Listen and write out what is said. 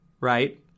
right